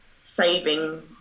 saving